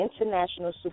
international